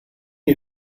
you